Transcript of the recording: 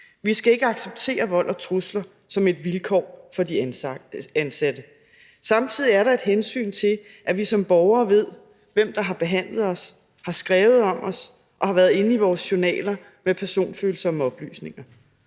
Vi skal ikke acceptere vold og trusler som et vilkår for de ansatte. Samtidig er der et hensyn til, at vi som borgere ved, hvem der har behandlet os, har skrevet om os, og har været inde i vores journaler med personfølsomme oplysninger.